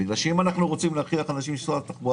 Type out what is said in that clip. אם אנחנו רוצים להכריח אנשים לנסוע בתחבורה